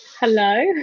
Hello